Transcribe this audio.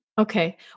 Okay